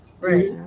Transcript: Right